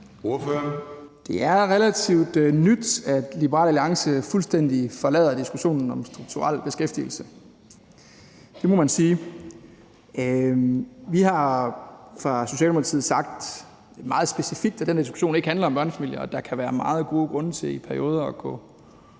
(S): Det er relativt nyt, at Liberal Alliance fuldstændig forlader diskussionen om den strukturelle beskæftigelse. Det må man sige. Vi har i Socialdemokratiet sagt meget specifikt, at den diskussion ikke handler om børnefamilier, og at der kan være meget gode grunde til i perioder at gå